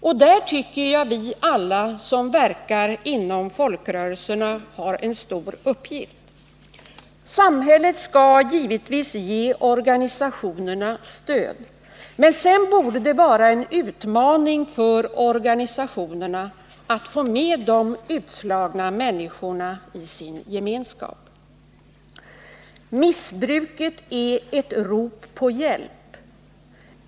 Och där tycker jag att alla vi som verkar inom folkrörelserna har en stor uppgift. Samhället skall givetvis ge organisationerna stöd, men sedan borde det vara en utmaning för organisationerna att få med de utslagna människorna i sin gemenskap. Missbruket är ett rop på hjälp.